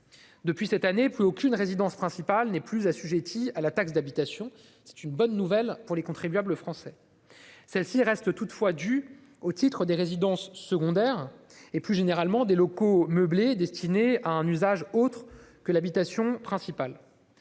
Depuis cette année, plus aucune résidence principale n'est assujettie à la taxe d'habitation, ce qui est une bonne nouvelle pour les contribuables français. Celle-ci reste toutefois due au titre des résidences secondaires et, plus généralement, des locaux meublés destinés à un usage autre que d'habitation principale.